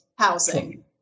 housing